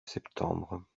septembre